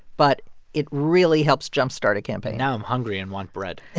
but it really helps jumpstart a campaign now i'm hungry and want bread